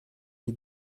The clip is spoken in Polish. nie